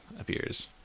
appears